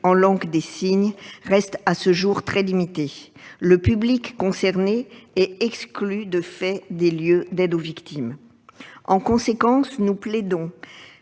en langue des signes reste à ce jour très limité, le public concerné est exclu de fait des lieux d'aide aux victimes. En conséquence, nous plaidons